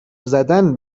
زدن